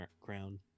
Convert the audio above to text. crown